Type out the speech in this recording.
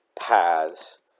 paths